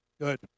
Good